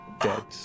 dead